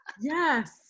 Yes